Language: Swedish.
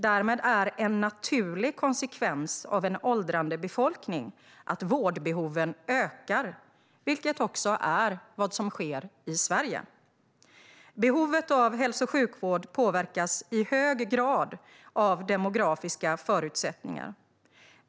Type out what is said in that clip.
Däremot är en naturlig konsekvens av en åldrande befolkning att vårdbehoven ökar, vilket också är vad som sker i Sverige. Behovet av hälso och sjukvård påverkas i hög grad av demografiska förutsättningar.